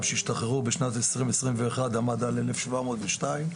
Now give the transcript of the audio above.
שהשתחררו בשנת 2021 עמד על אלף שבע מאות ושתיים.